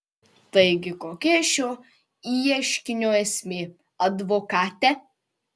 taigi kokia šio ieškinio esmė advokate